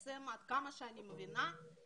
אז 300 דיירים לא יודעים מה קורה להם מחר,